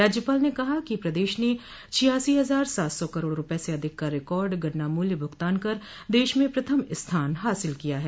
राज्यपाल ने कहा कि प्रदेश ने छियासी हजार सात सौ करोड़ रूपये से अधिक का रिकॉर्ड गन्ना मूल्य भुगतान कर देश में प्रथम स्थान हासिल किया है